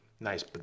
Nice